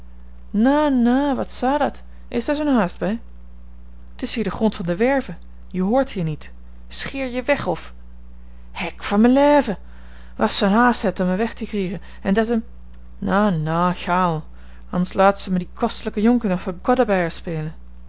nou nou wat zou dat is deer zoo'n haast bij t is hier de grond van de werve je hoort hier niet scheer je weg of he'k van me leven wat ze een haast het um me weg te kriegen en dat um nou nou ik ga al anders laat ze me die kostelijke jonker nog voor koddebeier spelen